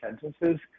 Sentences